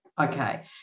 okay